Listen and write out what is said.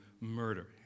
murder